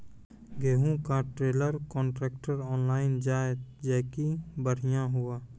गेहूँ का trailer contractor online जाए जैकी बढ़िया हुआ